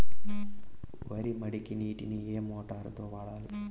వరి మడికి నీటిని ఏ మోటారు తో వాడాలి?